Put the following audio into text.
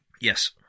yes